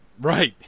Right